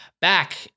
Back